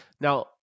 Now